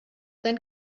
sein